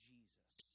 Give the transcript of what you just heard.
Jesus